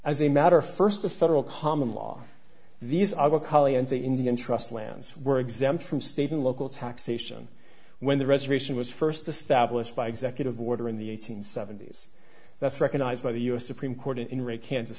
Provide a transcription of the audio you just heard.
as a matter first of federal common law these are the indian trust lands were exempt from state and local taxation when the restoration was first established by executive order in the eighteen seventies that's recognized by the us supreme court in re kansas